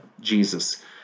Jesus